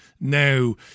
now